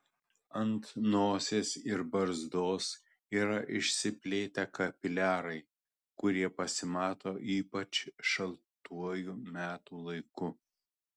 ant nosies ir barzdos yra išsiplėtę kapiliarai kurie pasimato ypač šaltuoju metų laiku